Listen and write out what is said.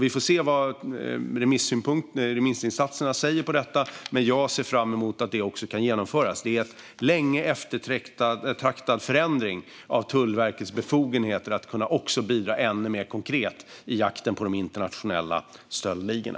Vi får se vad remissinstanserna säger om detta, men jag ser fram emot att det kan genomföras. Det är en sedan länge eftertraktad förändring av Tullverkets befogenheter att kunna bidra ännu mer konkret i jakten på de internationella stöldligorna.